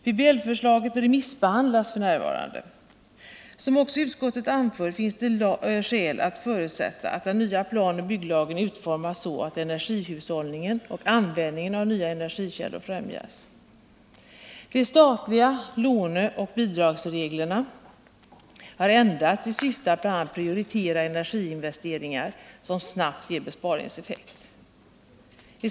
PBL-förslaget remissbehandlas f. n. Som också utskottet anför finns det skäl att förutsätta att den nya plan-och Nr 163 bygglagen utformas så att energihushållningen och användningen av nya Onsdagen den energikällor främjas. 4 juni 1980 De statliga låneoch bidragsreglerna har ändrats i syfte att bl.a. prioritera energiinvesteringar, som snabbt ger besparingseffekt. Energihushållning.